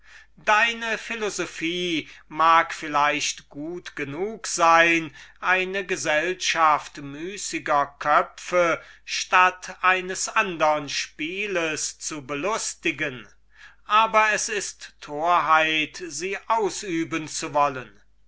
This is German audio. deine philosophie mag vielleicht gut genug sein eine gesellschaft müßiger köpfe statt eines andern spiels zu belustigen aber es ist eine torheit sie ausüben zu wollen